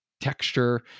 texture